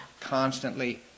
constantly